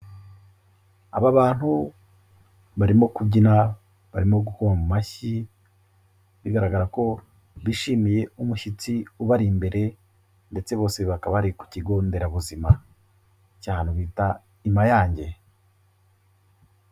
Aba bantu barimo kubyina, barimo gukoma amashyi, bigaragara ko bishimiye umushyitsi ubari imbere, ndetse bose bakaba bari ku kigo nderabuzima cy'ahantu bita i Mayange.